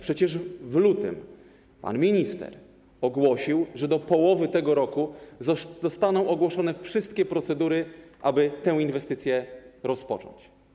Przecież w lutym pan minister poinformował, że do połowy tego roku zostaną ogłoszone wszystkie procedury, aby można było tę inwestycję rozpocząć.